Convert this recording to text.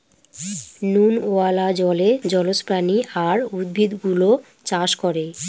নুনওয়ালা জলে জলজ প্রাণী আর উদ্ভিদ গুলো চাষ করে